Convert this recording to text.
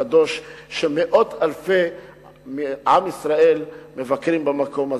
קדוש כשמאות אלפים מעם ישראל מבקרים במקום הזה.